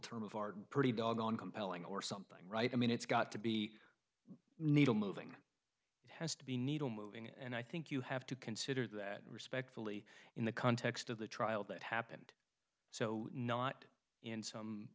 term of art pretty doggone compelling or something right i mean it's got to be needle moving it has to be needle moving and i think you have to consider that respectfully in the context of the trial that happened so not in some